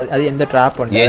ah the and top of yeah